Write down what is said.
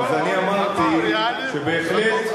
אני אמרתי שבהחלט,